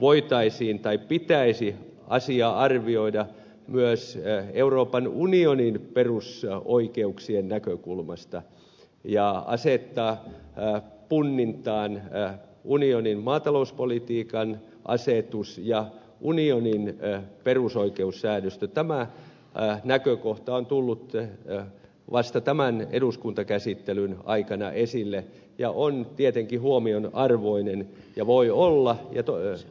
voitaisiin tai pitäisi asiaa arvioida myös euroopan unionin perusoikeuksien näkökulmasta ja asettaa punnintaan unionin maatalouspolitiikan asetus ja unionin perusoikeussäädöstö on tullut vasta tämän eduskuntakäsittelyn aikana esille ja se on tietenkin huomion arvoinen ja voi olla huomionarvoinen seikka